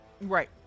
Right